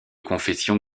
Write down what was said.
confession